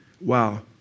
Wow